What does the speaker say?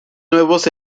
nuevos